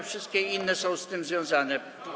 Wszystkie inne są z tym związane.